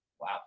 Wow